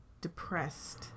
depressed